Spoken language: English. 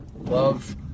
Love